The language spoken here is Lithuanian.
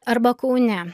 arba kaune